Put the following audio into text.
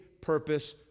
purpose